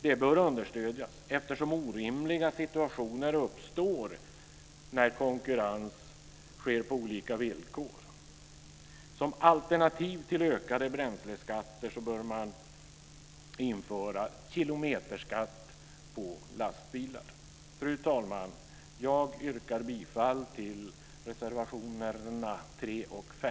Detta bör understödjas, eftersom orimliga situationer uppstår när konkurrens bedrivs på olika villkor. Som alternativ till ökade bränsleskatter bör man införa kilometerskatt på lastbilar. Fru talman! Jag yrkar bifall till reservationerna 3